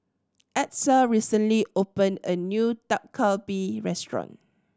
Edsel recently opened a new Dak Galbi Restaurant